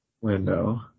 window